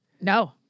No